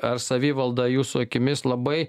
ar savivalda jūsų akimis labai